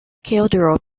caldera